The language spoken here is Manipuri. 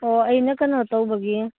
ꯑꯣ ꯑꯩꯅ ꯀꯩꯅꯣ ꯇꯧꯕꯒꯤ